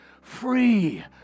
free